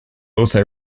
also